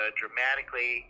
dramatically